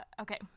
okay